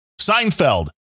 Seinfeld